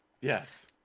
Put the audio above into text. Yes